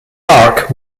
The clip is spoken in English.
arc